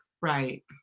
Right